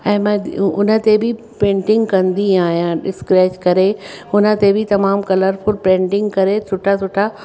ऐं मां उ उन ते बि पेंटिंग कंदी आहियां डिसक्राइस करे हुन ते बि तमामु कलरफुल पेंटिंग करे सुठा सुठा